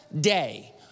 day